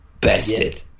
bastard